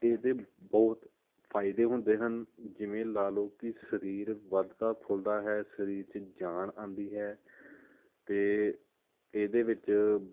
ਇਹਦੇ ਬਹੁਤ ਫਾਇਦੇ ਹੁੰਦੇ ਹਨ ਜਿਵੇਂ ਲਾ ਲਓ ਕਿ ਸਰੀਰ ਵੱਧਦਾ ਫੁੱਲਦਾ ਹੈ ਸਰੀਰ 'ਚ ਜਾਨ ਆਉਂਦੀ ਹੈ ਅਤੇ ਇਹਦੇ ਵਿੱਚ